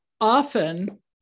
often